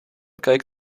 keek